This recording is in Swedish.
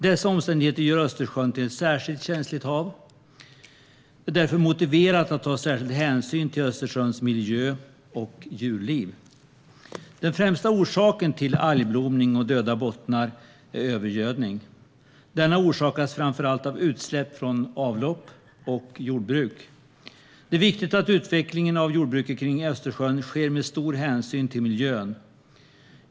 Dessa omständigheter gör Östersjön till ett särskilt känsligt hav. Det är därför motiverat att ta särskilda hänsyn till Östersjöns miljö och djurliv. Den främsta orsaken till algblomning och döda bottnar är övergödningen. Denna orsakas framför allt av utsläpp från avlopp och jordbruk. Det är viktigt att utvecklingen av jordbruket kring Östersjön sker med stor hänsyn till miljön.